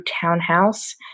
townhouse